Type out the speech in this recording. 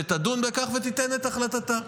והיא תדון בכך ותיתן את החלטתה.